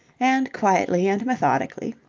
and quietly and methodically,